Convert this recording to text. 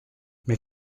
mais